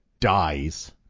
dies